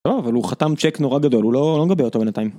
אבל הוא חתם צ'ק נורא גדול הוא לא מגבה אותו בינתיים.